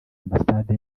ambasade